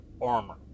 armor